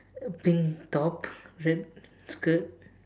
a pink top red skirt